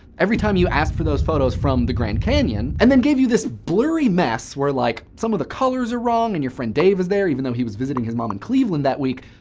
every time you asked for those photos from the grand canyon, and then gave you this blurry mess where, like, some of the colors are wrong, and your friend dave is there, even though he was visiting his mom in cleveland that week,